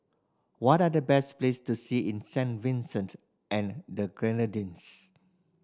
what are the best place to see in Saint Vincent and the Grenadines